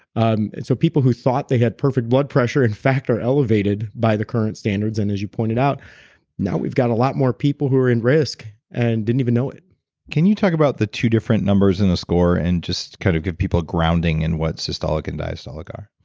so people who thought they had perfect blood pressure in fact are elevated by the current standards, and as you pointed out now we've got a lot more people who are in risk and didn't even know it can you talk about the two different numbers in the score and just kind of give people grounding in what systolic and diastolic are?